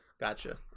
gotcha